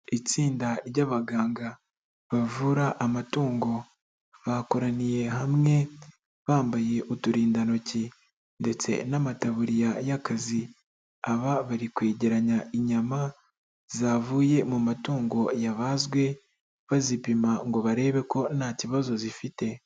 Itsinda ry'abaganga bavura amatungo bakoraniye hamwe bambaye uturindantoki ndetse n'amataburiya y'akazi, aba bari kwegeranya inyama zavuye mu matungo yabazwe bazipima ngo barebe ko nta kibazo zifite.